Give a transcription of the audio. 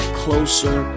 closer